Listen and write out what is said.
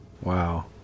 wow